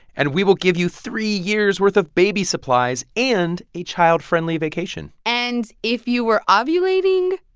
and we will give you three years' worth of baby supplies and a child-friendly vacation and if you were ah ovulating,